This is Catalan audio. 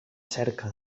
cerca